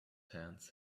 hands